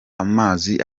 amazi